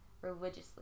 religiously